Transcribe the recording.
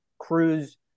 cruise